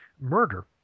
murder